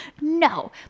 No